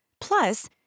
Plus